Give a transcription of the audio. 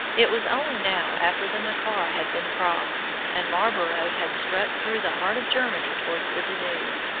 it was only now after the neckar had been crossed, and marlborough had struck through the heart of germany towards the danube,